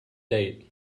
date